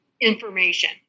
information